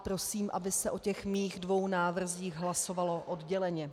Prosím, aby se o těch mých dvou návrzích hlasovalo odděleně.